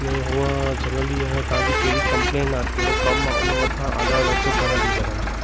हिन उहा जनरली हाणे तव्हांजी कहिड़ी कंप्लेन आहे कहिड़ो कमु आहे उन मथां आधारु रहे थो घणा ॾींहं लॻनि था